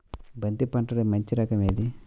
బంతి పంటలో మంచి రకం ఏది?